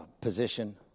position